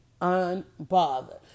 unbothered